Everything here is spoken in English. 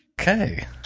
Okay